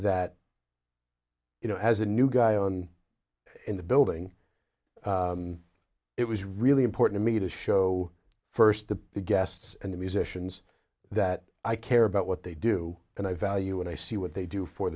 that you know as a new guy in the building it was really important to me to show first the guests and the musicians that i care about what they do and i value and i see what they do for